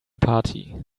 party